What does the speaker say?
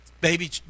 baby